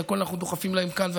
את הכול אנחנו דוחפים להם כאן ועכשיו.